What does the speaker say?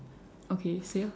okay say ah